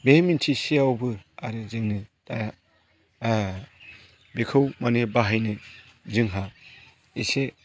बे मिन्थिसेयावबो आरो जोंनो दा बेखौ माने बाहायनो जोंहा इसे